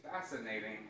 fascinating